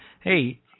Hey